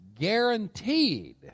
guaranteed